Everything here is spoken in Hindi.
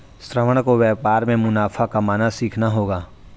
श्रवण को व्यापार में मुनाफा कमाना सीखना होगा